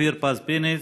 אופיר פז פינס,